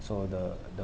so the the